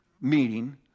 meeting